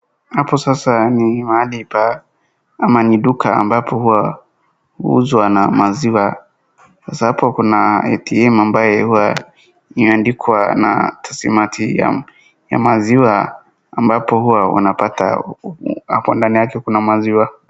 Hapo sasa ni mahali pa ama ni duka ambapo huwa huuzwa na maziwa. Sasa hapo kuna ATM ambaye huwa inaandikwa na TASSMAT ya maziwa ambapo huwa wanapata hapo ndani yake kuna maziwa.